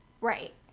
Right